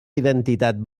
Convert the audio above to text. identitat